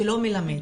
שלא מלמד.